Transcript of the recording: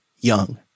young